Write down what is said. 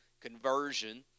conversion